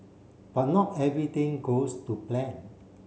but not everything goes to plan